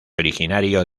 originario